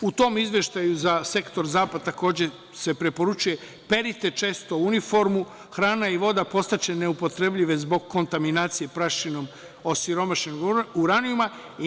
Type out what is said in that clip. U tom izveštaju za sektor „Zapad“ takođe se preporučuje: „Perite često uniformu, hrana i voda postaće neupotrebljive zbog kontaminacije prašinom osiromašenog uranijuma.